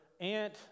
aunt